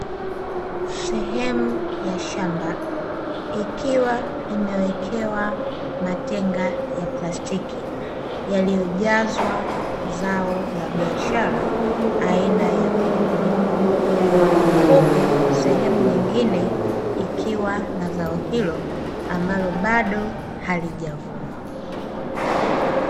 sehemu ya shamba ikiwa imewekewa matenga ya plastiki yaliyojazwa zao la biashara aina ya pilipili hoho, huku na sehemu nyingine likiwa na zao hilo ambalo bado halijavunwa .